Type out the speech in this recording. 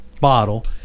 bottle